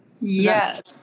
Yes